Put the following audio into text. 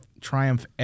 Triumph